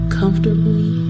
comfortably